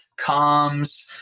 comms